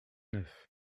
neuf